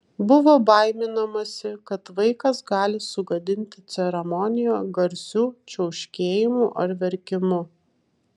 buvo baiminamasi kad vaikas gali sugadinti ceremoniją garsiu čiauškėjimu ar verkimu